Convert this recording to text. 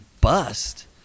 bust